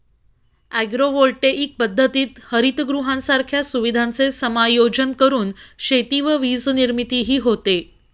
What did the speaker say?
agrovoltaic पद्धतीत हरितगृहांसारख्या सुविधांचे समायोजन करून शेती व वीजनिर्मितीही होते